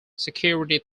security